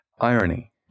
irony